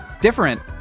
different